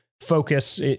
focus